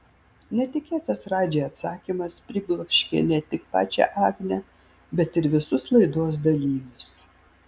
netikėtas radži atsakymas pribloškė ne tik pačią agnę bet ir visus laidos dalyvius